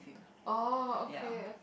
oh okay